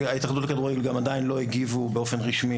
ההתאחדות לכדורגל גם עדיין לא הגיבו באופן רשמי